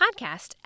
Podcast